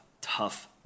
tough